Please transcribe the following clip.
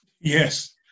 Yes